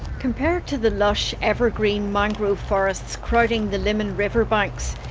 compared to the lush evergreen mangrove forests crowding the limmen river banks,